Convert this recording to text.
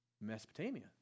Mesopotamia